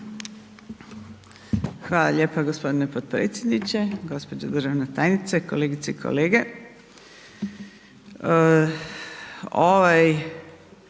Hvala lijepa g. potpredsjedniče. Gđo. državna tajnice, kolegice i kolege,